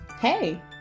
Hey